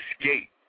escape